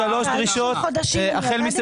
אם אתם עושים כמה חודשים אז במבחן התוצאה